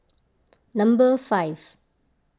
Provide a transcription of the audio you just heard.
number five